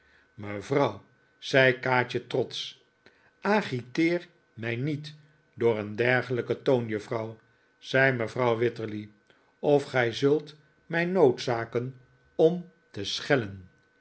mevrouw zei kaatje trotsch agiteer mij niet door een dergelijken toon juffrouw zei mevrouw wititterly of gij zult mij noodzaken om te schellen